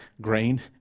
Grain